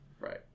Right